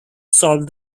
solve